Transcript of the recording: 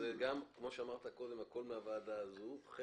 כפי שאמרת קודם, זה גם הכול מהוועדה הזו.